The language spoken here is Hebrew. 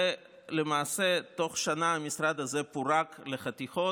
ולמעשה, תוך שנה המשרד הזה פורק לחתיכות,